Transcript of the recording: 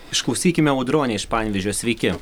išklausykime audronę iš panevėžio sveiki